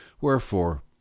wherefore